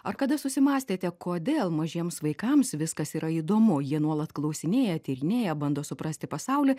ar kada susimąstėte kodėl mažiems vaikams viskas yra įdomu jie nuolat klausinėja tyrinėja bando suprasti pasaulį